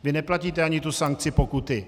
Vy neplatíte ani tu sankci pokutu.